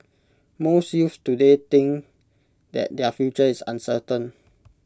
most youths today think that their future is uncertain